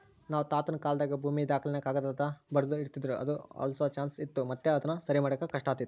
ನಮ್ ತಾತುನ ಕಾಲಾದಾಗ ಭೂಮಿ ದಾಖಲೆನ ಕಾಗದ್ದಾಗ ಬರ್ದು ಇಡ್ತಿದ್ರು ಅದು ಅಳ್ಸೋ ಚಾನ್ಸ್ ಇತ್ತು ಮತ್ತೆ ಅದುನ ಸರಿಮಾಡಾಕ ಕಷ್ಟಾತಿತ್ತು